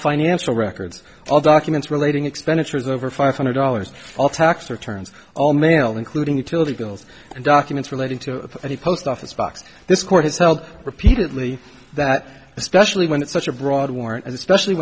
financial records all documents relating expenditures over five hundred dollars all tax returns all mail including utility bills and documents relating to any post office box this court has held repeatedly that especially when it's such a broad warrant and especially